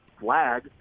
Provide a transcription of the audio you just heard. flag